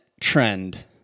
trend